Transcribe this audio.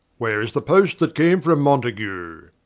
where is the post that came from mountague?